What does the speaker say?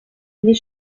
les